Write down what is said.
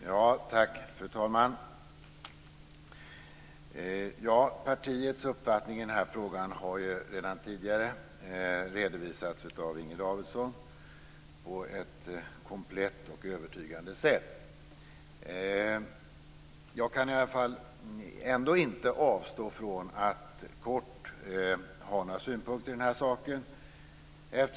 Fru talman! Partiets uppfattning i den här frågan har redan tidigare redovisats av Inger Davidson på ett komplett och övertygande sätt. Jag kan ändå inte avstå från att kort ha några synpunkter på den här saken.